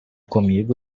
comigo